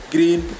Green